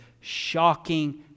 shocking